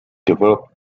developed